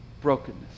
brokenness